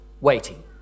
waiting